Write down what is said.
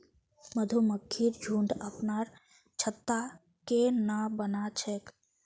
मधुमक्खिर झुंड अपनार छत्ता केन न बना छेक